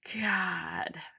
God